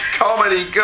comedy